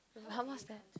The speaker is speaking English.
how much that